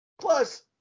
Plus